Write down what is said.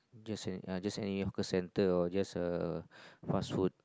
just and just and in hawker center just a fast food